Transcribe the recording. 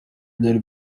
byari